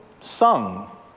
sung